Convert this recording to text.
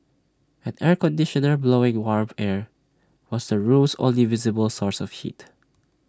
an air conditioner blowing warm air was the room's only visible source of heat